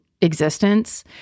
existence